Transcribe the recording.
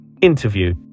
Interview